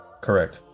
Correct